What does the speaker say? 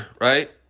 right